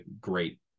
great